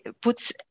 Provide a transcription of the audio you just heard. puts